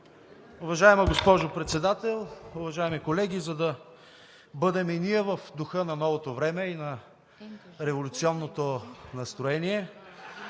Уважаема госпожо Председател, уважаеми колеги! За да бъдем и ние в духа на новото време и на революционното настроение,